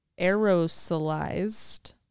aerosolized